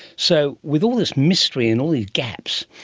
so with all this mystery and all these gaps,